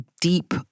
deep